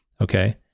Okay